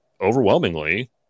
overwhelmingly